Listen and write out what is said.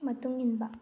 ꯃꯇꯨꯡ ꯏꯟꯕ